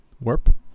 Warp